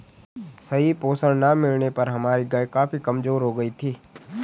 सही पोषण ना मिलने पर हमारी गाय काफी कमजोर हो गयी थी